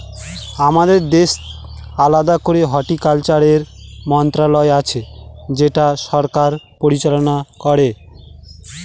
আমাদের দেশে আলাদা করে হর্টিকালচারের মন্ত্রণালয় আছে যেটা সরকার পরিচালনা করে